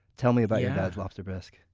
tell me about your dad's lobster bisque